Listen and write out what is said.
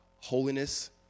holiness